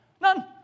None